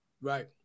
Right